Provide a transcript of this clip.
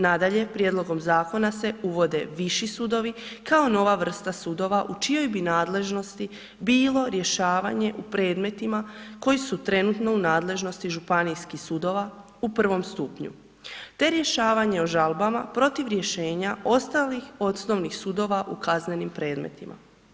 Nadalje, prijedlogom zakona se uvode viši sudovi kao nova vrsta sudova u čijoj bi nadležnosti bilo rješavanje u predmetima koji su trenutno u nadležnosti županijskih sudova u prvom stupnju te rješavanje o žalbama protiv rješenja ostalih osnovnih sudova u kaznenim predmetima.